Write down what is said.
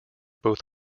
both